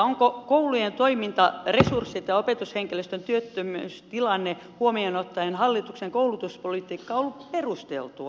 onko koulujen toimintaresurssit ja opetushenkilöstön työttömyystilanne huomioon ottaen hallituksen koulutuspolitiikka ollut perusteltua